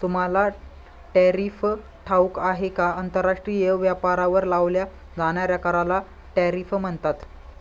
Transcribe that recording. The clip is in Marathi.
तुम्हाला टॅरिफ ठाऊक आहे का? आंतरराष्ट्रीय व्यापारावर लावल्या जाणाऱ्या कराला टॅरिफ म्हणतात